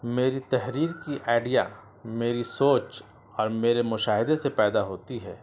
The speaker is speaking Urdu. میری تحریر کی آئیڈیا میری سوچ اور میرے مشاہدے سے پیدا ہوتی ہے